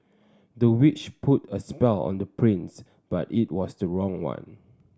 the witch put a spell on the prince but it was the wrong one